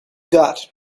got